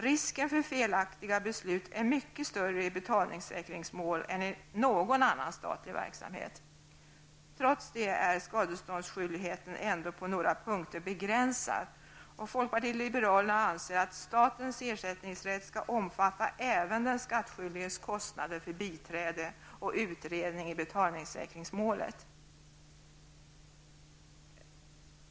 Risken för felaktiga beslut är mycket större i betalningssäkringsmål än i någon annan statlig verksamhet. Trots detta är skadeståndsskyldigheten ändå på några punkter begränsad. Folkpartiet liberalerna anser att statens ersättningsrätt skall omfatta även den skattskyldiges kostnader för biträde och utredning i betalningssäkringsmålet.